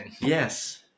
Yes